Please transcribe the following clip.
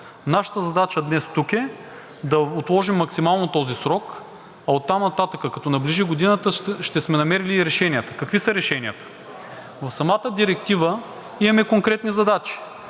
Нашата задача днес тук е да отложим максимално този срок, а оттам нататък, като наближи годината, ще сме намерили и решенията. Какви са решенията? В самата Директива имаме конкретни задачи.